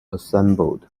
assembled